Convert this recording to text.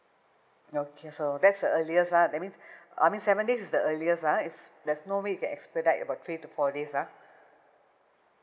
okay so that's the earliest lah that means I mean seven days's the earliest lah if there's no way you can expedite about three to four days ah